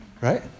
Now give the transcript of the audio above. right